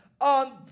on